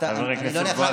באמת רק למקום אחד,